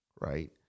right